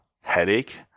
headache